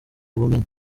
ubumenyi